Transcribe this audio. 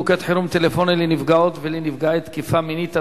מוקד חירום טלפוני לנפגעות ולנפגעי תקיפה מינית),